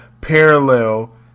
parallel